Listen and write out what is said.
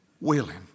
Willing